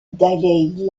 dalaï